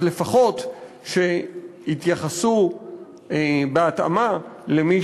אז לפחות שיתייחסו בהתאמה למי